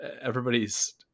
everybody's